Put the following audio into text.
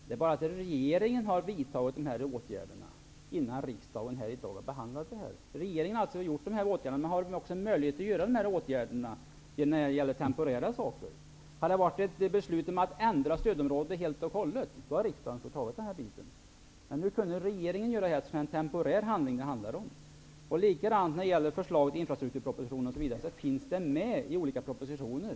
Herr talman! Regeringen har vidtagit dessa åtgärder innan riksdagen behandlade frågan. Regeringen har vidtagit dessa åtgärder. Man har möjlighet att vidta sådana temporära åtgärder. Om det i stället hade gällt ett beslut om att ändra stödområdet helt och hållet, skulle riksdagen ha fattat beslut om det. Nu kunde regeringen göra detta, eftersom det handlade om något temporärt. Förslaget om infrastruktur finns med i olika propositioner.